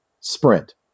sprint